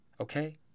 Okay